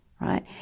right